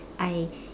I